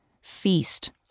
Feast